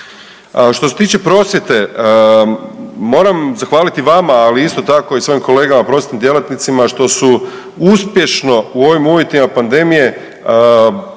Što se tiče prosvjete, moram zahvaliti vama, ali isto tako i svojim kolegama prosvjetnim djelatnicima što su uspješno u ovim uvjetima pandemije